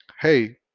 Hey